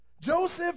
Joseph